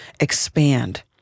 expand